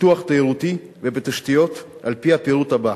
בפיתוח תיירותי ובתשתיות על-פי הפירוט הבא: